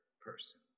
person